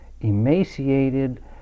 emaciated